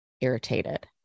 irritated